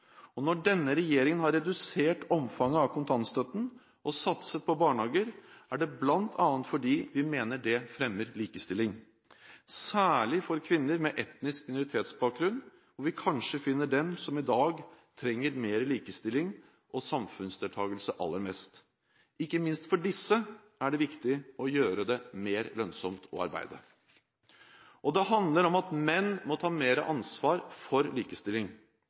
Når denne regjeringen har redusert omfanget av kontantstøtten og satset på barnehager, er det bl.a. fordi vi mener det fremmer likestilling, særlig for kvinner med etnisk minoritetsbakgrunn, hvor vi kanskje finner dem som i dag trenger mer likestilling og samfunnsdeltakelse aller mest. Ikke minst for disse er det viktig å gjøre det mer lønnsomt å arbeide. Det handler om at menn må ta mer ansvar for likestilling.